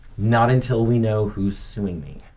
not until we know who's suing me.